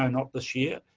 um not this year.